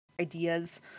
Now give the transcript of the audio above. ideas